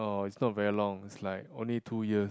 oh it's not very long it's like only two years